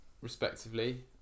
respectively